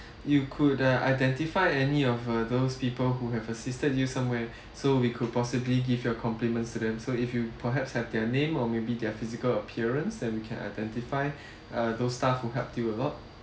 you could uh identify any of uh those people who have assisted you somewhere so we could possibly give your compliments to them so if you perhaps have their name or maybe their physical appearance that we can identify uh those staff who helped you a lot